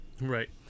Right